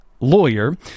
lawyer